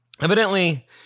evidently